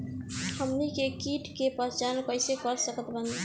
हमनी के कीट के पहचान कइसे कर सकत बानी?